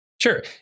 Sure